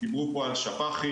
דיברו פה על שפ"כים,